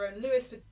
Lewis